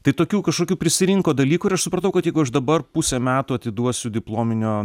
tai tokių kažkokių prisirinko dalykų ir aš supratau kad jeigu aš dabar pusę metų atiduosiu diplominio